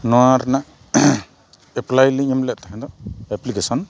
ᱱᱚᱶᱟ ᱨᱮᱱᱟᱜ ᱞᱤᱧ ᱮᱢᱞᱮᱫ ᱛᱟᱦᱮᱸᱫ ᱫᱚ